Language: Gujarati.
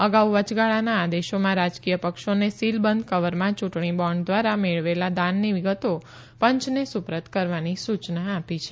અગાઉ વયગાળાના આદેશોમાં રાજકીય પક્ષોને સીલબંધ કવરમાં યૂંટણી બોન્ડ દ્વારા મેળવેલા દાનની વિગતો પંચને સુપરત કરવાની સૂચના આપી છે